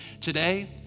Today